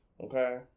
Okay